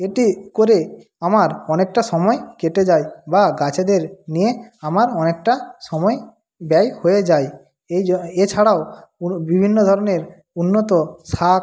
এটি করে আমার অনেকটা সময় কেটে যায় বা গাছেদের নিয়ে আমার অনেকটা সময় ব্যয় হয়ে যায় এই এছাড়াও বিভিন্ন ধরণের উন্নত শাক